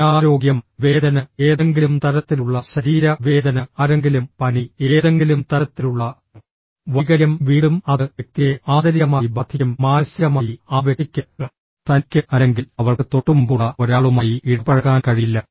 അനാരോഗ്യം വേദന ഏതെങ്കിലും തരത്തിലുള്ള ശരീര വേദന ആരെങ്കിലും പനി ഏതെങ്കിലും തരത്തിലുള്ള വൈകല്യം വീണ്ടും അത് വ്യക്തിയെ ആന്തരികമായി ബാധിക്കും മാനസികമായി ആ വ്യക്തിക്ക് തനിക്ക് അല്ലെങ്കിൽ അവൾക്ക് തൊട്ടുമുമ്പുള്ള ഒരാളുമായി ഇടപഴകാൻ കഴിയില്ല